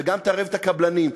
וגם תערב את הקבלנים,